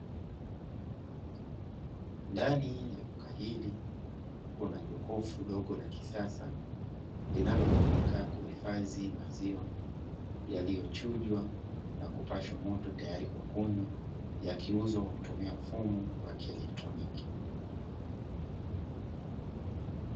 Ndani ya duka hili kuna jokofu dogo la kisasa linalotumika kuhifadhi maziwa yaliyochujwa na kupashwa moto tayari kwa kunywa, yakiuzwa kwa kutumia mfumo wa kielektroniki.